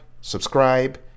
subscribe